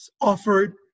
offered